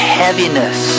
heaviness